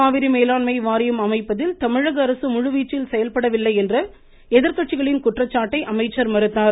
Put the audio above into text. காவிரி மேலாண்மை வாரியம் அமைப்பதில் தமிழகஅரசு முழுவீச்சில் செயல்படவில்லை என்ற எதிர்கட்சிகளின் குற்றச்சாட்டை அமைச்சர் மறுத்தார்